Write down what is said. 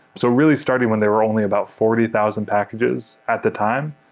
so really starting when there were only about forty thousand packages at the time,